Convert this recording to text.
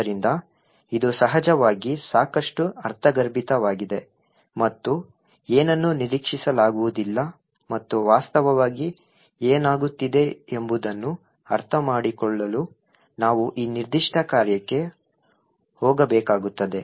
ಆದ್ದರಿಂದ ಇದು ಸಹಜವಾಗಿ ಸಾಕಷ್ಟು ಅರ್ಥಗರ್ಭಿತವಾಗಿದೆ ಮತ್ತು ಏನನ್ನು ನಿರೀಕ್ಷಿಸಲಾಗುವುದಿಲ್ಲ ಮತ್ತು ವಾಸ್ತವವಾಗಿ ಏನಾಗುತ್ತಿದೆ ಎಂಬುದನ್ನು ಅರ್ಥಮಾಡಿಕೊಳ್ಳಲು ನಾವು ಈ ನಿರ್ದಿಷ್ಟ ಕಾರ್ಯಕ್ಕೆ ಹೋಗಬೇಕಾಗುತ್ತದೆ